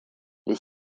les